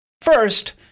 First